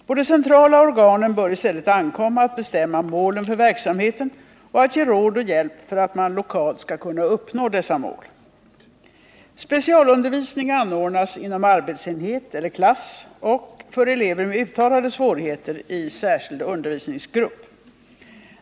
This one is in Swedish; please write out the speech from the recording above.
På de centrala organen bör i stället ankomma att bestämma målen för verksamheten och att ge råd och hjälp för att man lokalt skall kunna uppnå dessa mål. Specialundervisning anordnas inom arbetsenhet eller klass och, för elever med uttalade svårigheter, i särskild undervisningsgrupp.